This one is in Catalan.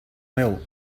meu